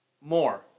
more